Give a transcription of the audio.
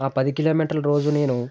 ఆ పది కిలోమీటర్లు రోజూ నేను